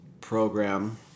program